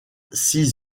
six